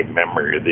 memory